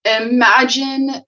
Imagine